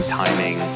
timing